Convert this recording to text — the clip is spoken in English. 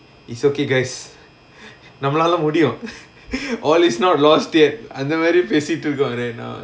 it's okay guys நம்மளால முடியும்:nammalaala mudiyum all is not lost yet அந்த மாரி பேசிட்டு இருக்கோ:antha maari pesitu irukko right now